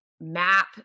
map